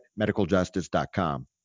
medicaljustice.com